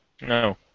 No